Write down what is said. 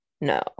No